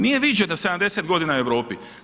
Nije viđena 70 godina u Europi.